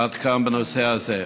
עד כאן בנושא הזה.